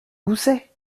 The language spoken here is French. gousset